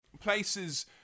places